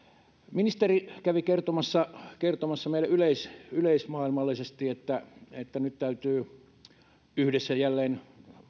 ministeri kävi kertomassa kertomassa meille yleismaailmallisesti että että nyt täytyy jälleen yhdessä